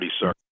sir